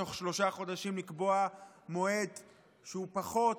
בתוך שלושה חודשים לקבוע מועד שהוא פחות